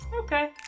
Okay